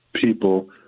people